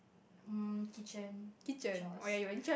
um kitchen is a chores